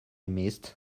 missed